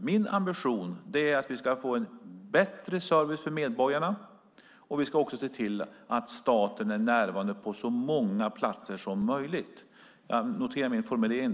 Min ambition är att medborgarna ska få bättre service och att staten är närvarande på så många platser som möjligt. Notera min formulering.